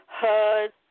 heard